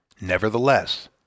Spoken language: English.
Nevertheless